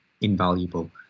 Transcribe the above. invaluable